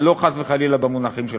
לא חס וחלילה במונחים שלך.